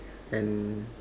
and